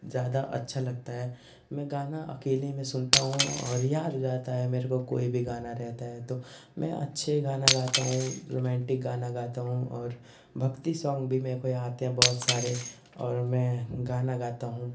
ज़्यादा अच्छा लगता है मैं गाना अकेले में सुनता हूँ और याद हो जाता है मुझको कोई भी गाना रहता है तो मैं अच्छे गाना गाता हूँ रोमान्टिक गाना गाता हूँ और भक्ति सॉन्ग भी मुझको आते हैं बहुत सारे और मैं गाना गाता हूँ